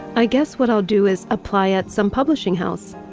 i guess what i'll do is apply at some publishing house.